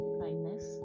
kindness